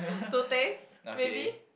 to taste maybe